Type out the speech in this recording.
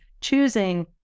choosing